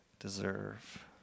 deserve